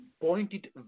pointed